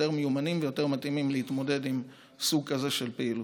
יותר מיומנים ויותר מתאימים להתמודד עם סוג כזה של פעילות.